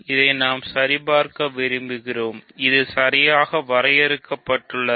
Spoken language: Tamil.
இதை நாம் சரிபார்க்க விரும்புகிறோம் இது சரியாக வரையறுக்கப்பட்டுள்ளது